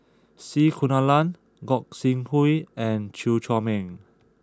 C Kunalan Gog Sing Hooi and Chew Chor Meng